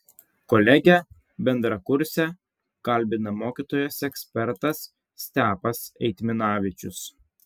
kolegę bendrakursę kalbina mokytojas ekspertas stepas eitminavičius